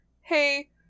hey